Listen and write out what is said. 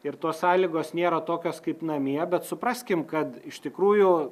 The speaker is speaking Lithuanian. ir tos sąlygos nėra tokios kaip namie bet supraskim kad iš tikrųjų